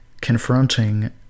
confronting